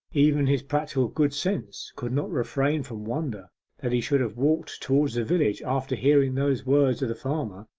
even his practical good sense could not refrain from wonder that he should have walked toward the village after hearing those words of the farmer,